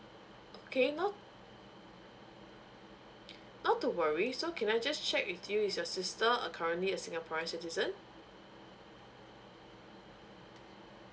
okay not not to worry so can I just check with you is your sister are currently a singaporean citizen